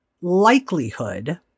likelihood